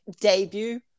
debut